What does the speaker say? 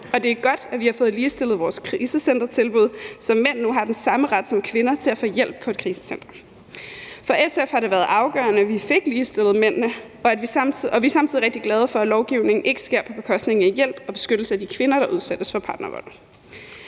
Og det er godt, at vi har fået ligestillet vores krisecentertilbud, så mænd nu har den samme ret som kvinder til at få hjælp på et krisecenter. For SF har det været afgørende, at vi fik ligestillet mændene, og vi er samtidig rigtig glade for, at lovgivningen ikke sker på bekostning af hjælp og beskyttelse af de kvinder, der udsættes for partnervold.